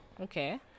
okay